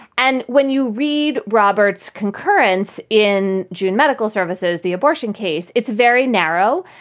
and when you read roberts' concurrence in june, medical services, the abortion case, it's very narrow.